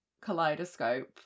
kaleidoscope